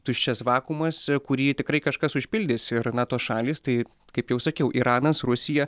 tuščias vakuumas kurį tikrai kažkas užpildys ir na tos šalys tai kaip jau sakiau iranas rusija